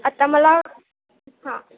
आता मला हां